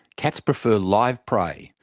cats prefer live prey,